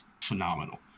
phenomenal